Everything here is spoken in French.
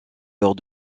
lors